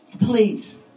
Please